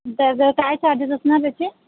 तर काय चार्जेस असणार त्याचे